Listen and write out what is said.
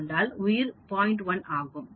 1 ஆகும்